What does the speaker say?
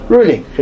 Ruling